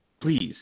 Please